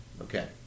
Okay